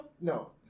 No